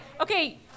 Okay